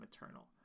maternal